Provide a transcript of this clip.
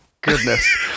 goodness